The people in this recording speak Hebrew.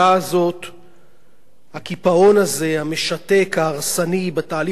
הקיפאון הזה, המשתק, ההרסני בתהליך המדיני יימשך.